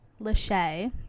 Lachey